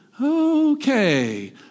Okay